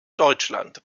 deutschland